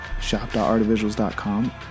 shop.artivisuals.com